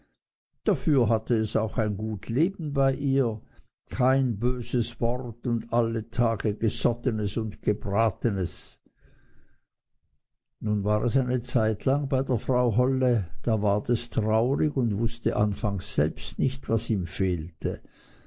dafür hatte es auch ein gut leben bei ihr kein böses wort und alle tage gesottenes und gebratenes nun war es eine zeitlang bei der frau holle da ward es traurig und wußte anfangs selbst nicht was ihm fehlte